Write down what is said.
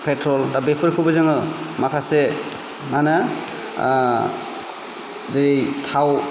petrol दा बेफोरखौबो जोङो माखासे मा होनो जै थाव